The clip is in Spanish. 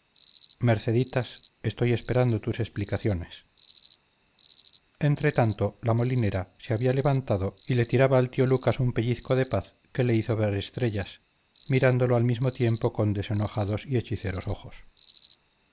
merceditas estoy esperando tus explicaciones entretanto la molinera se había levantado y le tiraba al tío lucas un pellizco de paz que le hizo ver estrellas mirándolo al mismo tiempo con desenojados y hechiceros ojos